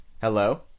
Hello